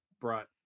brought